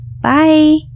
Bye